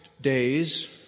days